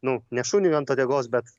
nu ne šuniui ant uodegos bet